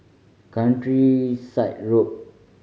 Countryside Road